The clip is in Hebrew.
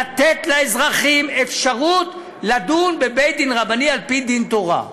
אני רוצה לתת לאזרחים אפשרות לדון בבית-דין רבני לפי דין תורה.